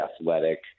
athletic